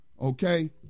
Okay